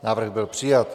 Návrh byl přijat.